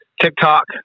TikTok